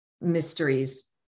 mysteries